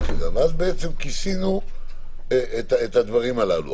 בעצם כיסינו את הדברים הללו.